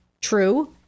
true